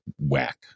whack